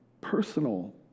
personal